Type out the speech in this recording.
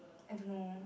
I don't know